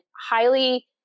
highly